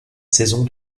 saison